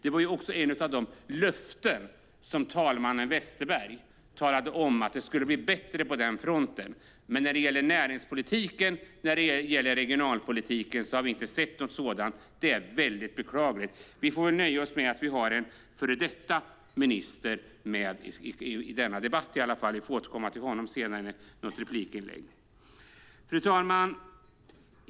Ett av löftena från talmannen Westerberg var att det skulle bli bättre på den fronten. Men när det gäller näringspolitiken och regionalpolitiken har vi inte sett något sådant. Det är väldigt beklagligt. Vi får nöja oss med att vi har en före detta minister med i denna debatt. Honom får vi återkomma till senare i något replikinlägg. Herr talman!